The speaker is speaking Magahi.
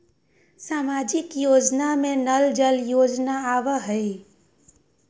सामाजिक योजना में नल जल योजना आवहई?